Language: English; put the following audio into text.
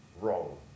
Wrong